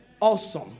Awesome